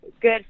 good